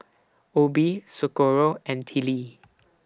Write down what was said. Obie Socorro and Tillie